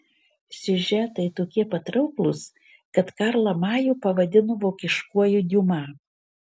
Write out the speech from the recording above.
siužetai tokie patrauklūs kad karlą majų pavadino vokiškuoju diuma